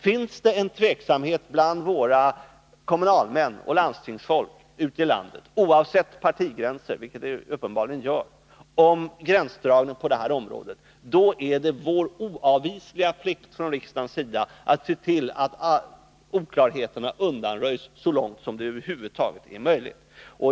Finns det bland våra kommunalmän och bland landstingsfolk ute i landet, oavsett partigränser, en tveksamhet om gränsdragningen på det här området — vilket det uppenbarligen gör — då är det riksdagens oavvisliga plikt att se till att oklarheterna undanröjs så långt det över huvud taget är möjligt.